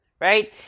right